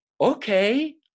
Okay